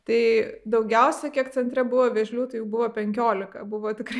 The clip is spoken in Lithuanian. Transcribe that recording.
tai daugiausia kiek centre buvo vėžlių tai jų buvo penkiolika buvo tikrai